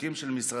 פירוקים של משרדים,